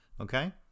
Okay